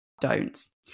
don'ts